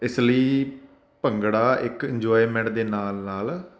ਇਸ ਲਈ ਭੰਗੜਾ ਇੱਕ ਇੰਜੋਇਮੈਂਟ ਦੇ ਨਾਲ ਨਾਲ